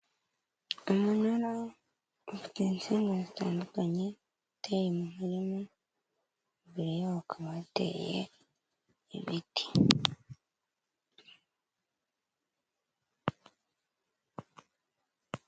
Umunara ufite insinga zitandukanye uteye mu murima imbere yaho hakaba hateye ibiti.